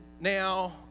now